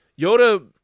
Yoda